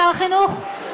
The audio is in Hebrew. שר החינוך?